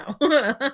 no